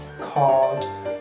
called